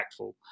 impactful